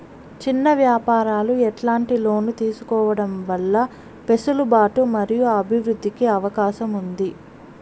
చిన్న వ్యాపారాలు ఎట్లాంటి లోన్లు తీసుకోవడం వల్ల వెసులుబాటు మరియు అభివృద్ధి కి అవకాశం ఉంది?